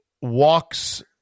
walks